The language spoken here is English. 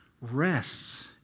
rests